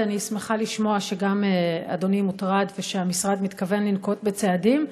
אני שמחה לשמוע שגם אדוני מוטרד והמשרד מתכוון לנקוט צעדים.